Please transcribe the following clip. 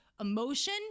emotion